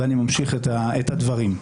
ואני ממשיך את הדברים.